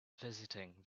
visiting